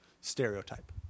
stereotype